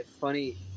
funny